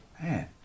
Man